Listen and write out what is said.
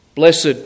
Blessed